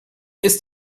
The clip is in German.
ist